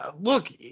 look